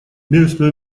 местное